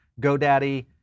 GoDaddy